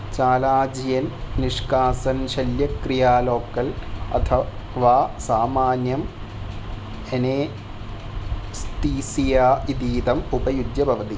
चालाजियन् निष्काशनशल्यक्रिया लोकल् अथवा सामान्यम् अनस्थीसिया इतीदम् उपयुज्य भवति